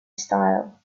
style